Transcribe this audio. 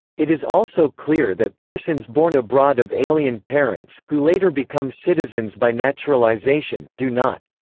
it is also clear that persons born abroad of alien parents, who later become citizens by naturalization, do not.